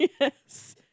Yes